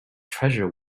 treasure